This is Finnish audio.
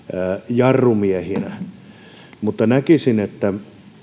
jarrumiehinä mutta näkisin että